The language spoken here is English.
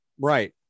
right